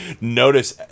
notice